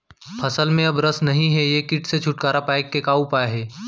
फसल में अब रस नही हे ये किट से छुटकारा के उपाय का हे?